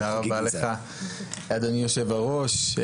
תודה רבה לך אדוני יושב הראש,